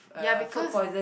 ya because